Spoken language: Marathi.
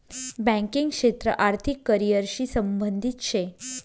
बँकिंग क्षेत्र आर्थिक करिअर शी संबंधित शे